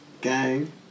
Gang